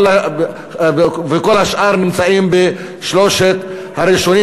וכל השאר נמצאים בשלושת הראשונים,